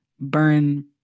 burn